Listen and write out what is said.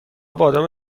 بادام